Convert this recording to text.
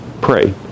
pray